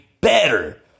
better